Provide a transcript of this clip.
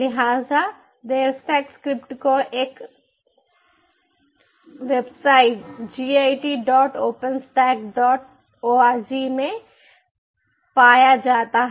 लिहाजा DevStack script को एक वेबसाइट gitopenstackorg में पाया जाता है